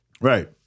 Right